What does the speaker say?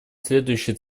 следующий